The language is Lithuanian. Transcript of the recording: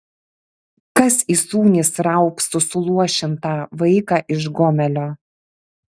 kas įsūnys raupsų suluošintą vaiką iš gomelio